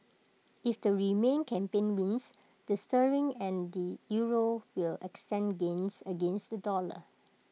if the remain campaign wins the sterling and the euro will extend gains against the dollar